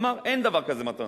אמר: אין דבר כזה מתנות.